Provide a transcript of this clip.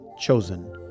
Chosen